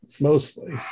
mostly